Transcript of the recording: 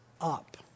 up